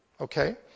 okay